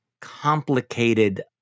Complicated